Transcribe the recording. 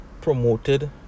promoted